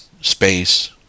space